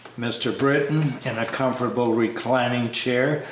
mr. britton, in a comfortable reclining-chair,